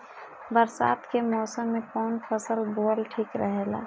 बरसात के मौसम में कउन फसल बोअल ठिक रहेला?